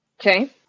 Okay